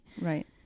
Right